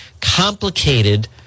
complicated